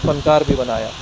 فنکار بھی بنایا